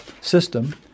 system